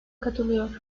katılıyor